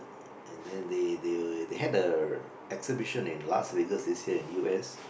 and then they they they they had a exhibition in Las-Vegas this year in U_S